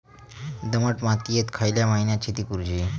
दमट मातयेत खयल्या महिन्यात शेती करुची?